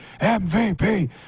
MVP